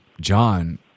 John